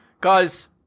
guys